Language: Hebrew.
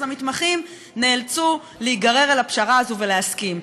המתמחים נאלצו להיגרר אל הפשרה הזאת ולהסכים.